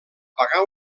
pagar